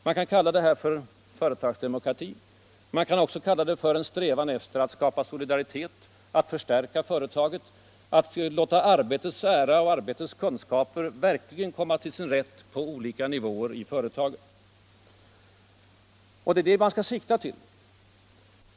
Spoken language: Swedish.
Man kan kalla det för företagsdemokrati, men man kan också kalla det för en strävan att skapa solidaritet, att förstärka företaget, att låta arbetets ära och arbetets kunskaper verkligen komma till sin rätt på olika nivåer i företaget. Det är det man skall sikta på.